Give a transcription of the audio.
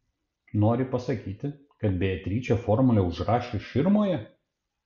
nori pasakyti kad beatričė formulę užrašė širmoje